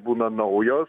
būna naujos